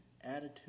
attitude